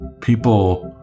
People